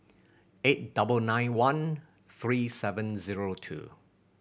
eight double nine one three seven zero two